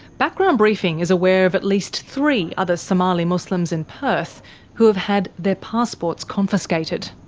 background briefing is aware of at least three other somali muslims in perth who have had their passports confiscated.